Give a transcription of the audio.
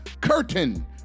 curtain